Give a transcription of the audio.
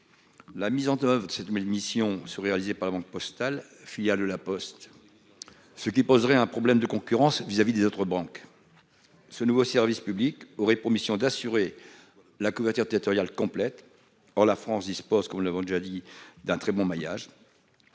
La mise en oeuvre de cette mais émission sur réalisée par la Banque Postale, filiale de la Poste. Ce qui poserait un problème de concurrence vis-à-vis des autres banques. Ce nouveau service public aurait pour mission d'assurer la couverture territoriale complète en la France dispose qu'on nous l'avons déjà dit, d'un très bon maillage.